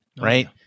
right